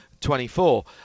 24